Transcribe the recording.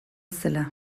zela